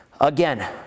Again